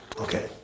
Okay